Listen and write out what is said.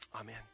Amen